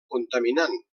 contaminant